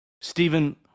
Stephen